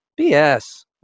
BS